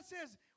says